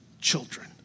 children